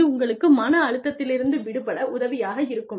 இது உங்களுக்கு மன அழுத்தத்திலிருந்து விடுபட உதவியாக இருக்கும்